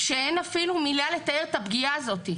שאין אפילו מילה לתאר את הפגיעה הזאת.